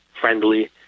friendly